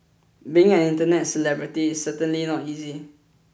being an internet celebrity is certainly not easy